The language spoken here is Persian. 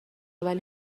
ولی